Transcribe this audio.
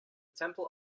temple